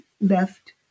left